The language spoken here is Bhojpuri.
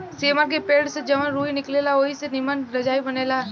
सेमर के पेड़ से जवन रूई निकलेला ओई से निमन रजाई बनेला